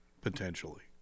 potentially